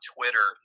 Twitter